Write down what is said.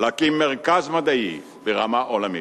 להקים מרכז מדעי ברמה עולמית".